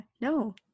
no